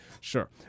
sure